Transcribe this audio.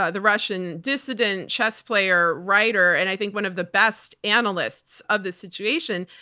ah the russian dissident, chess player, writer, and i think one of the best analysts of the situation,